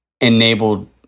enabled